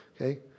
okay